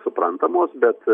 suprantamos bet